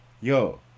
Yo